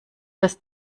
das